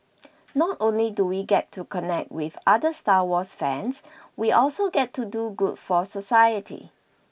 not only do we get to connect with other Star Wars fans we also get to do good for society